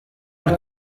also